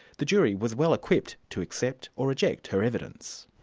the jury was well equipped to accept or reject her evidence.